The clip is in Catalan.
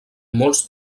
molts